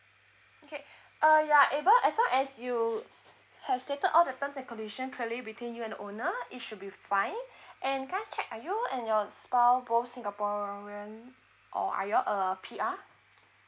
okay uh you are able as long as you have stated all the terms and condition clearly between you and owner it should be fine and can I check are you and your spouse both singaporean or are you all a P_R